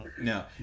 No